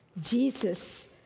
Jesus